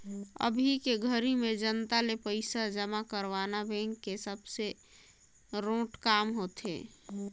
अभी के घरी में जनता ले पइसा जमा करवाना बेंक के सबले रोंट काम होथे